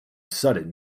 sudden